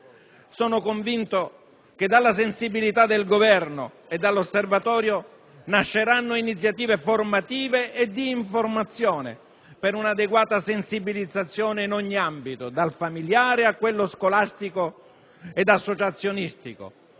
Sono convinto che dalla sensibilità del Governo e dall'Osservatorio nasceranno iniziative formative e di informazione per un'adeguata sensibilizzazione in ogni ambito, da quello familiare a quello scolastico ed associazionistico,